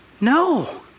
No